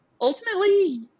ultimately